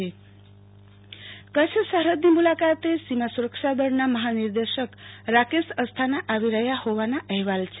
આરતી ભક્ટ કચ્છ સરહદની મુલાકાતે કચ્છ સરહદની મુલાકાતે સીમા સુરક્ષા દળના મહાનિર્દેશક રાકેશ આસ્થાના આવી રહ્યા હોવાના અહેવાલ છે